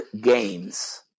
games